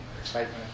excitement